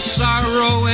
sorrow